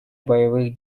боевых